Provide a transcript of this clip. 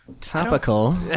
Topical